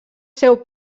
seu